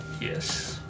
Yes